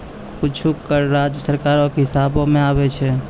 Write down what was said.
कुछो कर राज्य सरकारो के हिस्सा मे आबै छै